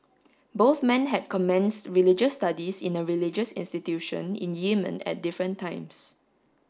both men had commenced religious studies in a religious institution in Yemen at different times